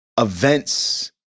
events